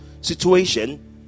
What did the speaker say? situation